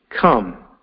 come